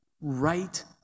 right